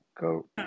go